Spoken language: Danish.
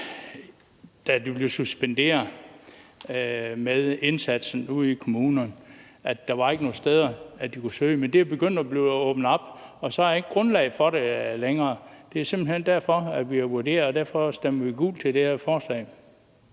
Da det blev suspenderet med indsatsen ude i kommunerne, var der ikke nogen steder, de kunne søge. Men det er jo begyndt at blive åbnet op, og så er der ikke grundlag for det længere. Det er simpelt hen derfor, at vi har vurderet det på den måde, og derfor stemmer vi gult til det her forslag.